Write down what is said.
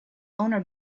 owner